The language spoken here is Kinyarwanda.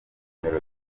melody